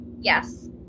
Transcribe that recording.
Yes